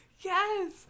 Yes